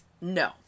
No